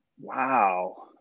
Wow